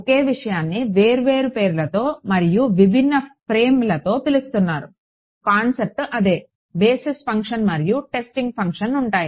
ఒకే విషయాన్ని వేర్వేరు పేర్లతో మరియు విభిన్న ఫ్రేమ్లతో పిలుస్తున్నారు కాన్సెప్ట్ అదే బేసిస్ ఫంక్షన్ మరియు టెస్టింగ్ ఫంక్షన్ ఉంటాయి